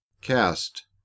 Cast